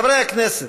חברי הכנסת,